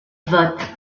vote